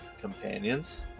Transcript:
companions